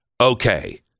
Okay